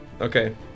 Okay